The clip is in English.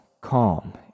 calm